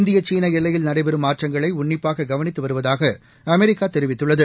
இந்திய சீன எல்லையில் நடைபெறும் மாற்றங்களை உன்னிப்பாக கவனித்து வருவதாக அமெரிக்கா தெரிவித்துள்ளது